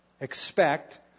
expect